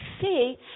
see